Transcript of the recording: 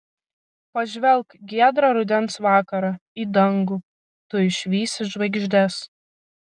pažvelk giedrą rudens vakarą į dangų tu išvysi žvaigždes